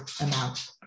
amount